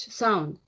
sound